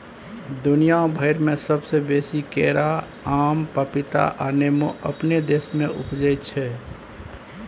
दुनिया भइर में सबसे बेसी केरा, आम, पपीता आ नेमो अपने देश में उपजै छै